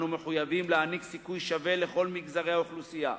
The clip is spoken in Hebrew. אני מחויבים להעניק סיכוי שווה לכל מגזרי האוכלוסייה,